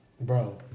bro